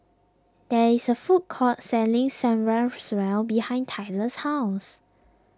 there is a food court selling Samgyeopsal behind Tyler's house